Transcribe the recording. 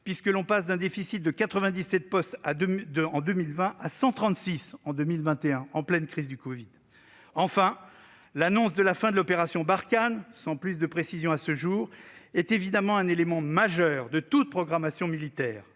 situation : le déficit de 97 postes en 2020 est passé à 136 postes en 2021, en pleine crise du covid-19 ! Enfin, l'annonce de la fin de l'opération Barkhane, sans plus de précisions à ce jour, est évidemment un élément majeur de toute programmation militaire.